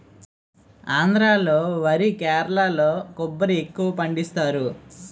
ఆంధ్రా లో వరి కేరళలో కొబ్బరి ఎక్కువపండిస్తారు